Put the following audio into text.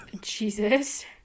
Jesus